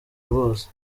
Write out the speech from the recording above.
rwose